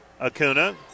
Acuna